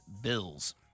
Bills